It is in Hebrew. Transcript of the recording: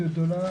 יום התחילה),